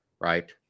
Right